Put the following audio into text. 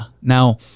Now